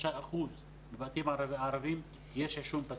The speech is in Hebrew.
ב-75% מהבתים הערביים יש עישון פסיבי.